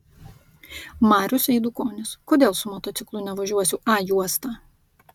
marius eidukonis kodėl su motociklu nevažiuosiu a juosta